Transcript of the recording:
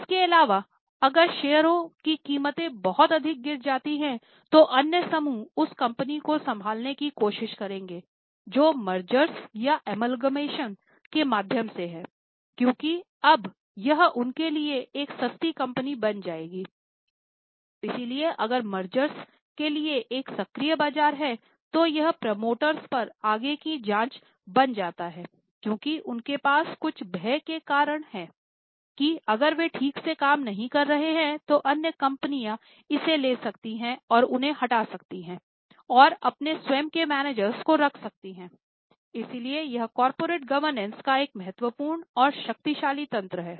इसके अलावा अगर शेयर की कीमत बहुत अधिक गिर जाती है तो अन्य समूह उस कंपनी को संभालने की कोशिश करेंगे जो मेर्गेर्स का एक महत्वपूर्ण और शक्तिशाली तंत्र है